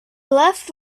left